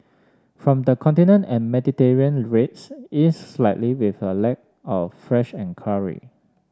from the Continent and Mediterranean rates eased slightly with a lack of fresh enquiry